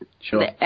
Sure